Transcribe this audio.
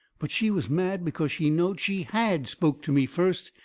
but she was mad because she knowed she had spoke to me first,